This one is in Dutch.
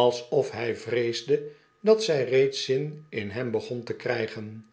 alsof hy vreesde dat zy reeds zin in hem begon to krygen